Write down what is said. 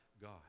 God